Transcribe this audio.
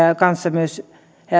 kanssa myös